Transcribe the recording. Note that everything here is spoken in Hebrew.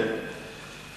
אנחנו